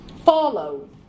Follow